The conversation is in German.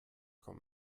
kommt